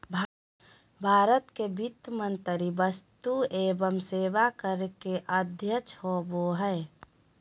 भारत के वित्त मंत्री वस्तु एवं सेवा कर के अध्यक्ष होबो हइ